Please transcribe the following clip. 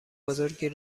بزرگی